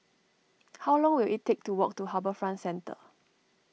how long will it take to walk to HarbourFront Centre